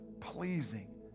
pleasing